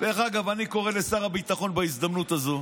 אני קורא לשר הביטחון בהזדמנות הזו